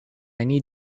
need